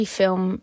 film